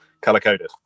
color-coded